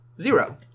zero